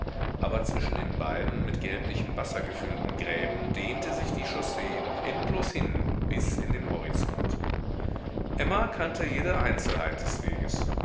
aber zwischen den beiden mit gelblichem wasser gefüllten gräben dehnte sich die chaussee noch endlos hin bis in den horizont emma kannte jede einzelheit des weges